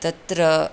तत्र